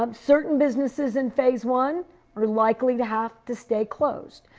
um certain businesses in phase one are likely to have to stay closed.